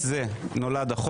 זה יפגע גם בעבודה שלנו.